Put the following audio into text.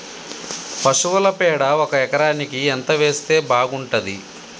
పశువుల పేడ ఒక ఎకరానికి ఎంత వేస్తే బాగుంటది?